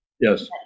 Yes